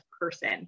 person